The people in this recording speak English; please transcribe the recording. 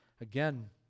again